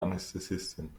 anästhesistin